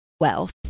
wealth